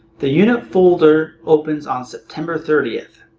the unit folder opens on september thirtieth.